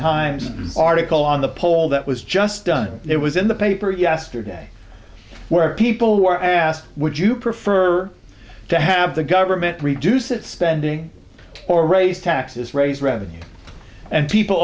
times article on the poll that was just done it was in the paper yesterday where people were asked would you prefer to have the government reduce its spending or raise taxes raise revenue and people